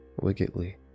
wickedly